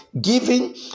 giving